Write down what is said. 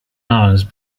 hours